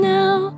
now